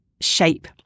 shape